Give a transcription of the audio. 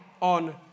on